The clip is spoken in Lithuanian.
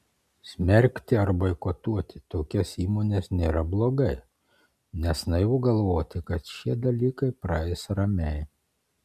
smerkti ar boikotuoti tokias įmones nėra blogai nes naivu galvoti kad šie dalykai praeis ramiai